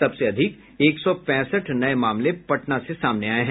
सबसे अधिक एक सौ पैंसठ नये मामले पटना से सामने आये हैं